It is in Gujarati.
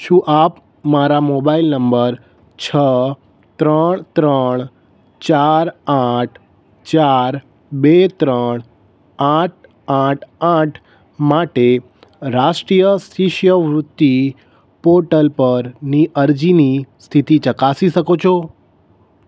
શું આપ મારા મોબાઈલ નંબર છ ત્રણ ત્રણ ચાર આઠ ચાર બે ત્રણ આઠ આઠ આઠ માટે રાષ્ટ્રીય શિષ્યવૃત્તિ પોર્ટલ પરની અરજીની સ્થિતિ ચકાસી શકો છો